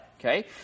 Okay